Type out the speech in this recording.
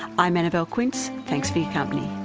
i'm annabelle quince, thanks for your company.